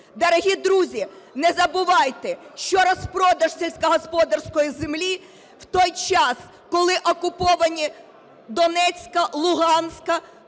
Дорогі друзі, не забувайте, що розпродаж сільськогосподарської землі в той час, коли окуповані Донецька, Луганська,